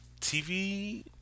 tv